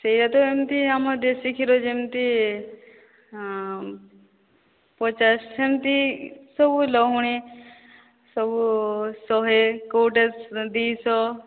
ସେୟା ତ ଏମିତି ଆମ ଦେଶୀ କ୍ଷୀର ଯେମିତି ପଚାଶ ସେମିତି ସବୁ ଲହୁଣୀ ସବୁ ଶହେ କେଉଁଟା ଦୁଇଶହ